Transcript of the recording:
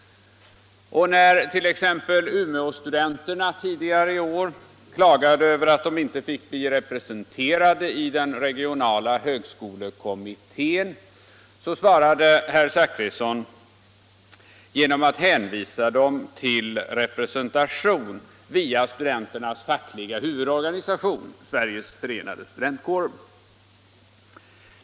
När t.ex. Umeåstudenterna tidigare i år klagade över att de inte fick bli representerade i den regionala högskolekommittén svarade herr Zachrisson genom att hänvisa dem till representation via studenternas fackliga huvudorganisation Sveriges förenade studentkårer.